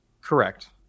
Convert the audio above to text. correct